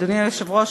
אדוני היושב-ראש,